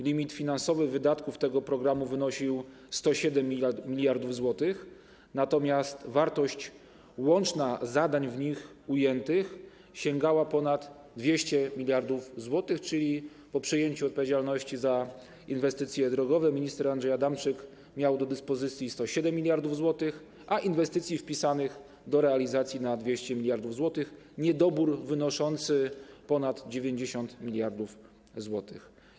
Limit finansowy wydatków tego programu wynosił 107 mld zł, natomiast wartość łączna zadań w nich ujętych sięgała ponad 200 mld zł, czyli po przejęciu odpowiedzialności za inwestycje drogowe minister Andrzej Adamczyk miał do dyspozycji 107 mld zł, a inwestycji wpisanych do realizacji na 200 mld zł, niedobór wynoszący ponad 90 mld zł.